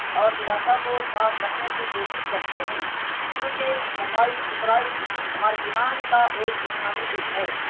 اور علاقہ کو صاف رکھنے کی کوشش کرتے ہیں کیوںکہ صفائی ستھرائی ہمارے ایمان کا ایک بنیادی جز ہے